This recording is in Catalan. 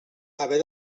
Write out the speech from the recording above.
haver